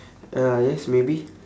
uh yes maybe